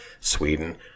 Sweden